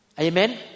Amen